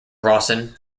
rawson